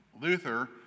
Luther